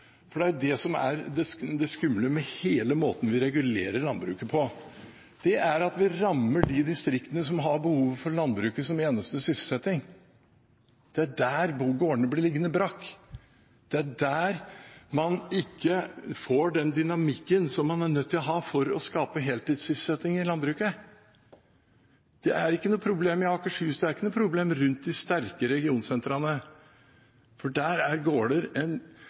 Det som er det skumle med hele måten vi regulerer landbruket på, er at vi rammer de distriktene som har behov for landbruket som eneste sysselsetting. Det er der gårdene blir liggende brakk. Det er der man ikke får den dynamikken som man er nødt til å ha for å skape heltidssysselsetting i landbruket. Det er ikke noe problem i Akershus. Det er ikke noe problem rundt de sterke regionsentrene, for der er gårder